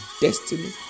destiny